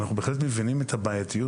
אנחנו מבינים את הבעייתיות,